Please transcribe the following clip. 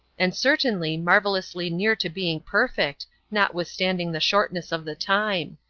and certainly marvelously near to being perfect, notwithstanding the shortness of the time.